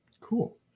Cool